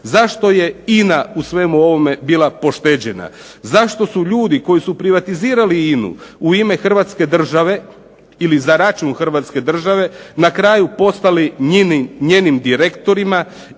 Zašto je INA u svemu ovome bila pošteđena? Zašto su ljudi koji su privatizirali INA-u u ime Hrvatske države ili za račun Hrvatske države na kraju postali njenim direktorima